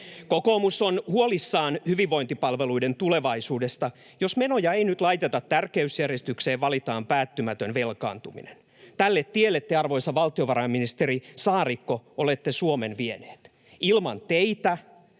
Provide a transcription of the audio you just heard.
Kokoomus on huolissaan hyvinvointipalveluiden tulevaisuudesta. Jos menoja ei nyt laiteta tärkeysjärjestykseen, valitaan päättymätön velkaantuminen. Tälle tielle te, arvoisa valtiovarainministeri Saarikko, olette Suomen vienyt. Ilman teitä